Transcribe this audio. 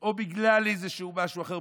או בגלל איזשהו משהו אחר.